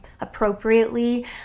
appropriately